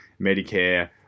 Medicare